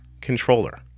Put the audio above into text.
controller